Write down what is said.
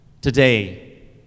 Today